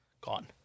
gone